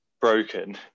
broken